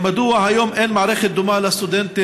1. מדוע עד היום אין מערכת דומה לסטודנטים